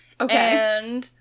Okay